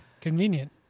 Convenient